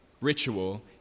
ritual